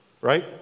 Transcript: right